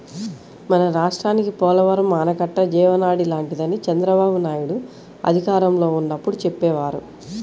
మన రాష్ట్రానికి పోలవరం ఆనకట్ట జీవనాడి లాంటిదని చంద్రబాబునాయుడు అధికారంలో ఉన్నప్పుడు చెప్పేవారు